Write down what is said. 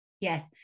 Yes